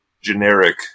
generic